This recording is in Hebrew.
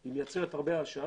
שהיא מייצרת הרבה עשן.